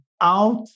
out